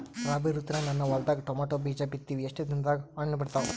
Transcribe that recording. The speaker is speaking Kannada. ರಾಬಿ ಋತುನಾಗ ನನ್ನ ಹೊಲದಾಗ ಟೊಮೇಟೊ ಬೀಜ ಬಿತ್ತಿವಿ, ಎಷ್ಟು ದಿನದಾಗ ಹಣ್ಣ ಬಿಡ್ತಾವ?